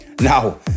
Now